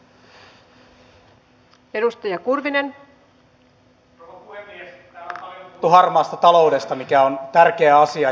täällä on paljon puhuttu harmaasta taloudesta mikä on tärkeä asia